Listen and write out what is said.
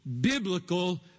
biblical